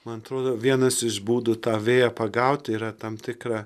man atrodo vienas iš būdų tą vėją pagauti yra tam tikra